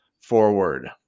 forward